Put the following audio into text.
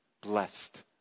Blessed